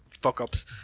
fuck-ups